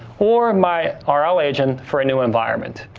or my ah rl agent for a new environment.